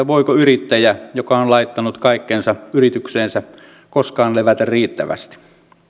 voiko yrittäjä joka on laittanut kaikkensa yritykseensä koskaan levätä riittävästi